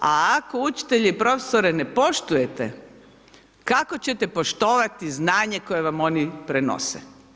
A ako učitelje i profesore ne poštujete kako ćete poštovati znanje koje vam oni prenose.